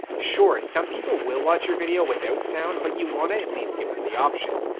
sure, some people will watch your video without sound, but you want to at least give them the option.